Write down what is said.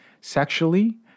sexually